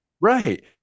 Right